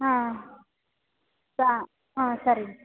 ಹಾಂ ಸಾ ಹಾಂ ಸರಿ